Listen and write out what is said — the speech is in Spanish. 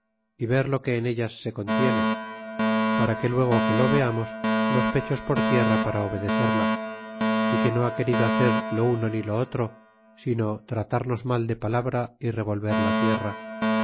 y ver lo que en ellas se contiene para que luego que lo veamos los pechos por tierra para obedecerla é que no ha querido hacer lo uno ni lo otro sino tratarnos mal de palabra y revolver la tierra